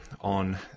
on